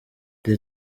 the